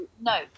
No